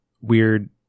weird